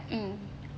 mm